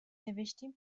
نوشتین